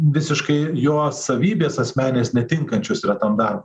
visiškai jo savybės asmeninės netinkančios yra tam darbui